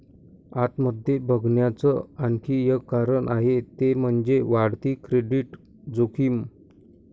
आत मध्ये बघण्याच आणखी एक कारण आहे ते म्हणजे, वाढती क्रेडिट जोखीम